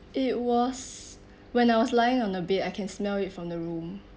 it was when I was lying on the bed I can smell it from the room